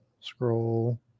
scroll